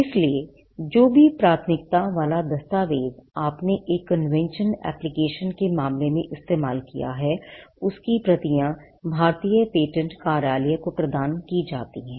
इसलिए जो भी प्राथमिकता वाला दस्तावेज़ आपने एक कन्वेंशन एप्लिकेशन के मामले में इस्तेमाल किया है उसकी प्रतियां भारतीय पेटेंट कार्यालय को प्रदान की जानी हैं